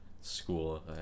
school